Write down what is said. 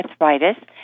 arthritis